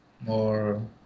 more